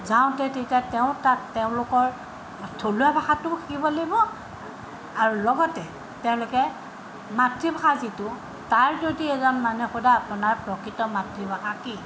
যাওঁতে তেতিয়া তেওঁ তাত তেওঁলোকৰ থলুৱা ভাষাটোও শিকিব লাগিব আৰু লগতে তেওঁলোকে মাতৃভাষা যিটো তাৰ যদি এজন মানুহে সুধে আপোনাৰ প্ৰকৃত মাতৃভাষা কি